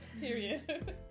period